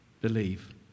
believe